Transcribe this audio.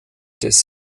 des